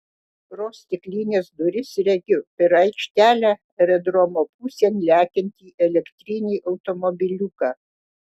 pro stiklines duris regiu per aikštelę aerodromo pusėn lekiantį elektrinį automobiliuką